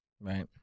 Right